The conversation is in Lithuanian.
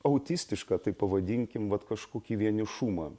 autistišką taip pavadinkim vat kažkokį vienišumą